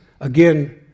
again